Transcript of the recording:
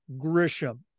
Grisham